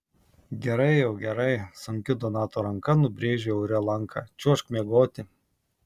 gerai jau gerai sunki donato ranka nubrėžė ore lanką čiuožk miegoti